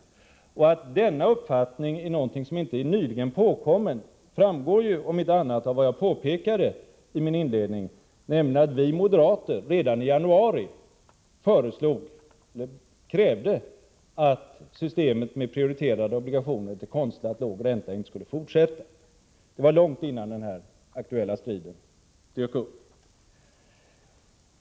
Att den uppfattning som jag givit uttryck åt är någonting som inte är nyligen påkommet framgår om inte annat av vad jag påpekade i min inledning, nämligen att vi moderater redan i januari krävde att systemet med prioriterade obligationer till konstlad låg ränta inte skulle fortsätta. Det var långt innan den aktuella striden tog fart.